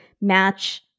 match-